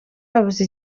babuze